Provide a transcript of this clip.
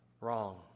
wrong